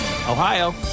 Ohio